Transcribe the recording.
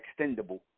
extendable